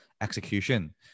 execution